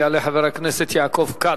יעלה חבר הכנסת יעקב כץ,